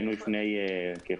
כל הכספים האלה כבר נוצלו.